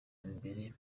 mbere